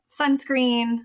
sunscreen